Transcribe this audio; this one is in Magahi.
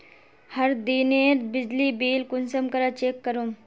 हर दिनेर बिजली बिल कुंसम करे चेक करूम?